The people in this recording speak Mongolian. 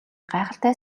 гайхалтай